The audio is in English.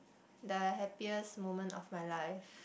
the happiest moment of my life